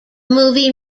movie